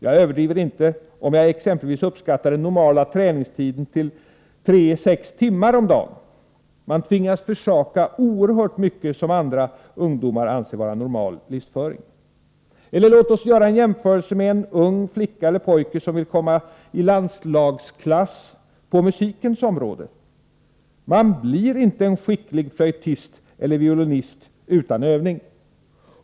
:; Jag överdriver inte om: jag exempelvis. uppskattar: den. normala träningstiden till 3-5 timmar om dagen. Man tvingas försaka oerhört mycket som andra ungdomar anser vara notmal-livsföring: Låt oss göra en jämförelse mellan en ung flicka eller pojke.som vill komma i landslagsklass-på musikens område; Man blir, inte en skicklig flöjtist eller violinist utan övning.